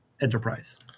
enterprise